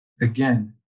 again